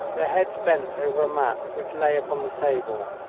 their heads bent over a map which lay upon the table.